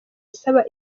isaba